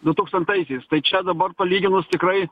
du tūkstantaisiais tai čia dabar palyginus tikrai